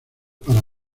para